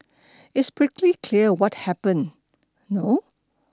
it's pretty clear what happened no